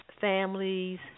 families